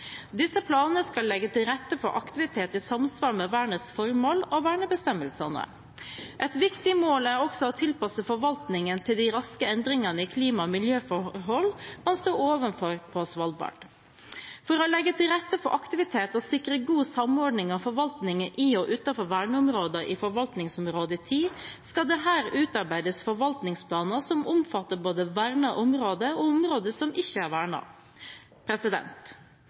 Disse planene skal legge til rette for aktivitet i samsvar med vernets formål og vernebestemmelsene. Et viktig mål er også å tilpasse forvaltningen til de raske endringene i klima- og miljøforhold man står overfor på Svalbard. For å legge til rette for aktivitet og sikre god samordning av forvaltningen i og utenfor verneområdene i Forvaltningsområde 10 skal det her utarbeides forvaltningsplaner som omfatter både vernede områder og områder som ikke er